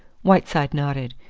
whiteside nodded.